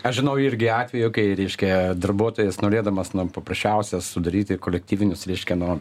aš žinau irgi atvejų kai reiškia darbuotojas norėdamas no paprasčiausia sudaryti kolektyvinius reiškia no